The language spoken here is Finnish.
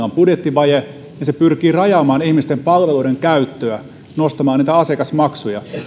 on budjettivaje niin se pyrkii rajaamaan ihmisten palveluiden käyttöä nostamaan asiakasmaksuja